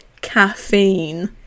caffeine